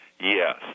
Yes